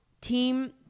team